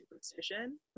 superstition